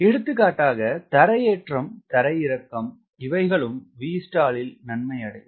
எடுத்துக்காட்டாக தரையேற்றம் தரையிறக்கம் இவைகளும் Vstall ல் நன்மை அடையும்